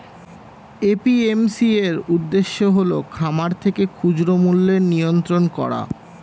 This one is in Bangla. এ.পি.এম.সি এর উদ্দেশ্য হল খামার থেকে খুচরা মূল্যের নিয়ন্ত্রণ করা